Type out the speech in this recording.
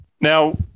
now